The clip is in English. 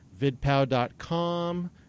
VidPow.com